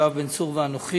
יואב בן צור ואנוכי,